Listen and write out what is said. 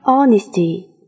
Honesty